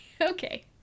Okay